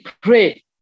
pray